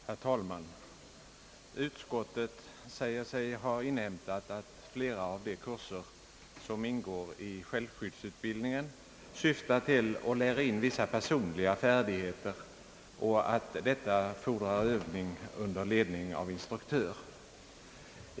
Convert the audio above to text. Herr talman! Utskottet säger sig ha inhämtat att flera av de kurser som ingår i självskyddsutbildningen syftar till att lära ut vissa personliga färdigheter och att detta torde fordra övning under ledning av en instruktör.